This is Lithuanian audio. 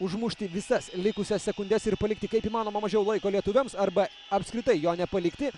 užmušti visas likusias sekundes ir palikti kiek įmanoma mažiau laiko lietuviams arba apskritai jo nepalikti